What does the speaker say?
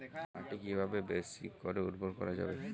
মাটি কিভাবে বেশী করে উর্বর করা যাবে?